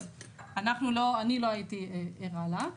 אני לא הייתי ערה לה.